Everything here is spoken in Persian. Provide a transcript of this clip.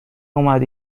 اومد